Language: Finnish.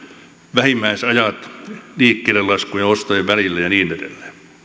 vähimmäisrajat liikkeellelaskun ja ostojen välillä ja niin edelleen